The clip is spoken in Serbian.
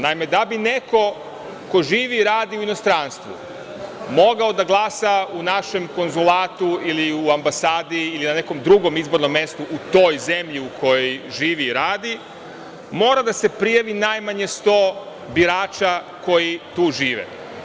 Naime, da bi neko ko živi i radi u inostranstvu mogao da glasa u našem konzulatu ili u ambasadi ili na nekom drugom izbornom mestu u toj zemlji u kojoj živi i radi, mora da se prijavi najmanje sto birača koji tu žive.